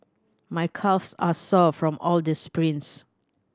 my calves are sore from all the sprints